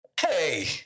Hey